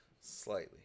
Slightly